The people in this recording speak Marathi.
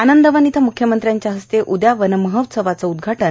आनंदवन इथं म्ख्यमंत्र्यांच्या हस्ते उद्या वनमहोत्सवाचं उद्घाटन